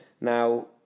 Now